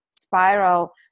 spiral